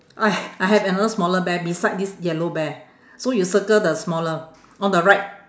I I have another smaller bear beside this yellow bear so you circle the smaller on the right